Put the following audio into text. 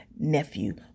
nephew